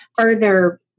further